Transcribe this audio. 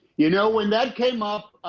you know, when that came up,